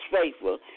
faithful